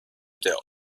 der